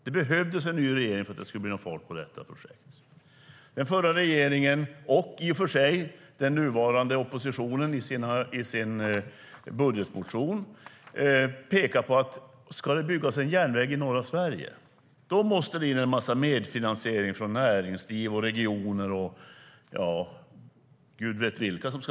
Det behövdes en ny regering för att det skulle bli någon fart på detta projekt. Den förra regeringen och, i och för sig, den nuvarande oppositionen pekar i sin budgetmotion på att det, om det ska byggas en järnväg i norra Sverige, måste in en massa medfinansiering från näringsliv, regioner och Gud vet vilka.